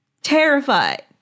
Terrified